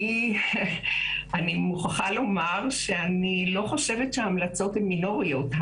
אני מוכרחה לומר שאני לא חושבת שההמלצות הן מינוריות.